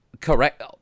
Correct